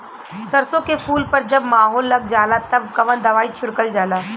सरसो के फूल पर जब माहो लग जाला तब कवन दवाई छिड़कल जाला?